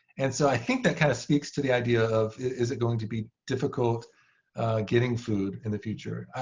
and so i think that kind of speaks to the idea of, is it going to be difficult getting food in the future?